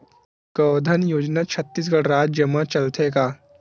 गौधन योजना छत्तीसगढ़ राज्य मा चलथे का?